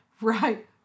Right